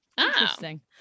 interesting